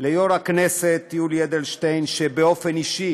ליו"ר הכנסת יולי אדלשטיין, שבאופן אישי